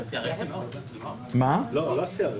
לא CRS,